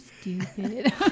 stupid